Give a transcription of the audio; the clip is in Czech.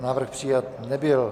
Návrh přijat nebyl.